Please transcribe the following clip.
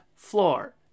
Floor